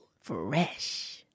Fresh